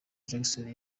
jackson